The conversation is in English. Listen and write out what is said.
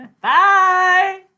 Bye